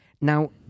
Now